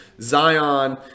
Zion